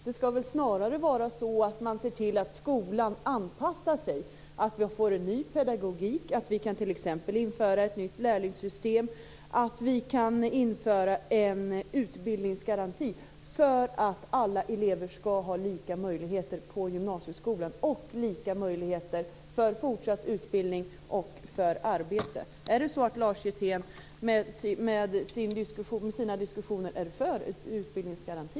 Det skall väl snarare vara så att vi ser till att skolan anpassar sig, att vi får en ny pedagogik, att vi t.ex. inför ett nytt lärlingssystem eller att vi inför en utbildningsgaranti, för att alla elever skall ha lika möjligheter på gymnasieskolan och lika möjligheter till fortsatt utbildning och till arbete. Är det så att Lars Hjertén med sina diskussioner är för en utbildningsgaranti?